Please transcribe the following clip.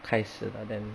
开始的 then